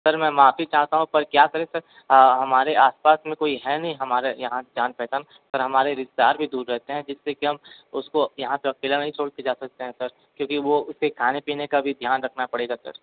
sir में माफ़ी चाहता हूँ क्या करें सर हमारे आसपास में कोई है नहीं हमारे यहाँ जान पहचान सर हमारे रिश्तेदार भी दूर रहते हैं जिससे कि हम उसको यहाँ पे अकेला नहीं छोड़ कर जा सकते हैं सर क्योंकि वो उसे खाने पीने का भी ध्यान रखना पड़ेगा सर